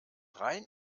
rein